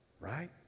right